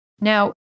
Now